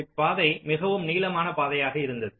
இந்தப்பாதை மிகவும் நீளமான பாதையாக இருந்தது